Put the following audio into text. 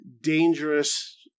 dangerous